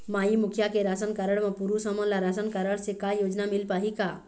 माई मुखिया के ration card म पुरुष हमन ला रासनकारड से का योजना मिल पाही का?